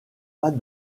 pas